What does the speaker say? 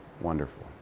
wonderful